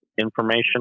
information